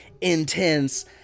intense